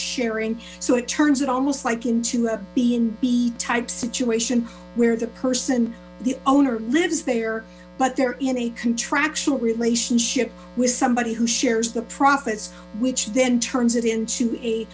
sharing so turns it almost like into a b and b type situation where the person the owner lives there but they're in a contractual relationship with somebody who shares the profits which then turns it into a